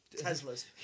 Teslas